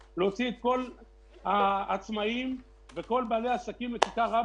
להוציא את כל העצמאים ואת כל בעלי העסקים לכיכר רבין.